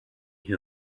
who